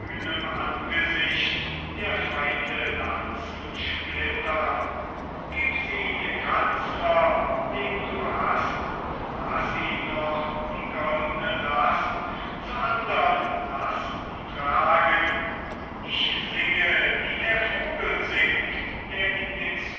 angesicht der feinde lanzen splittern gib sie dem kanzler den du hast und laß ihn noch die goldne last zu andern lasten tragen ich singe wie der vogel singt der in den